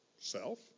self